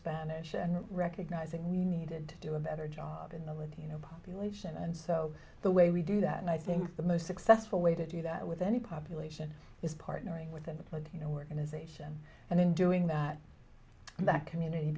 spanish and recognizing we needed to do a better job in the latino population and so the way we do that and i think the most successful way to do that with any population is partnering with and you know organization and then doing that and that community